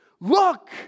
Look